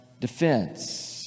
defense